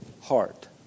heart